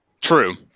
true